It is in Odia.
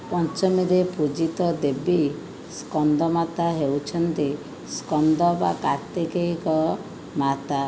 ପଞ୍ଚମୀରେ ପୂଜିତ ଦେବୀ ସ୍କନ୍ଦମାତା ହେଉଛନ୍ତି ସ୍କନ୍ଦ ବା କାର୍ତ୍ତିକେୟଙ୍କ ମାତା